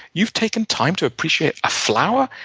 you've taken time to appreciate a flower?